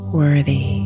worthy